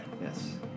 Yes